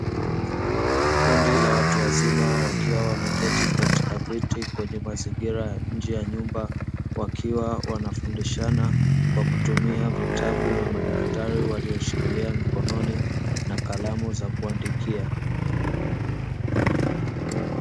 Kundi la watu wazima wakiwa wameketi katika viti kwenye mazingira ya nje ya nyumba wakiwa wanafundishana kwa kutumia vitabu na madaftari waliyoshikilia mkononi na kalamu za kuandikia.